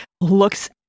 looks